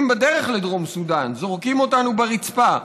בדרך לדרום סודאן: זורקים אותנו ברצפה.